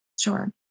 sure